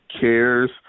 cares